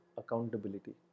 accountability